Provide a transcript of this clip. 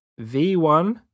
V1